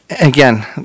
Again